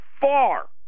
far